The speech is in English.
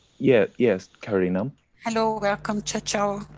yeah, yes carolina hello welcome chaoao.